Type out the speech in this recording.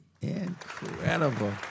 incredible